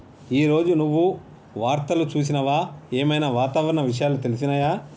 ఈ రోజు నువ్వు వార్తలు చూసినవా? ఏం ఐనా వాతావరణ విషయాలు తెలిసినయా?